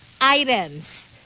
items